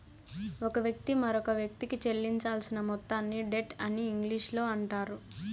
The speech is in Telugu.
ఒక వ్యక్తి మరొకవ్యక్తికి చెల్లించాల్సిన మొత్తాన్ని డెట్ అని ఇంగ్లీషులో అంటారు